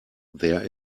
there